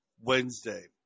Wednesday